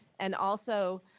and also,